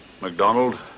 MacDonald